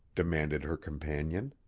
demanded her companion.